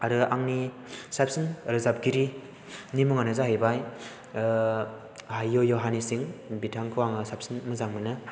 आरो आंनि साबसिन रोजाबगिरिनि मुङानो जाहैबाय य' य' हानि सिं बिथांखौ आङो साबसिन मोजां मोनो